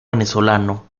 venezolano